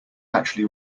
actually